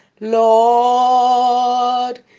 Lord